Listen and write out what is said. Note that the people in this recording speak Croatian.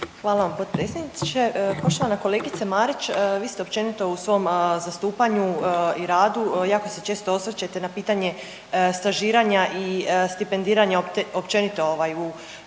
Hvala vam potpredsjedniče. Poštovana kolegice Marić. Vi ste općenito u svom zastupanju i radu jako se često osvrćete na pitanje stažiranja i stipendiranja općenito u